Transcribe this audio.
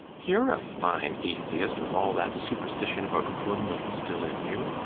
you're a fine atheist, with all that superstition about woman still in you!